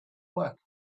work